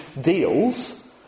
deals